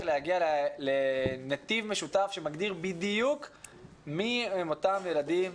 להגיע לנתיב משותף שמגדיר בדיוק מי הם אותם ילדים,